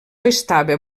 estava